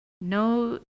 no